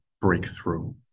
breakthrough